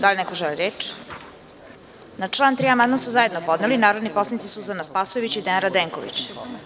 Da li neko želi reč? (Ne) Na član 3. amandman su zajedno podneli narodni poslanici Suzana Spasojević i Dejan Radenković.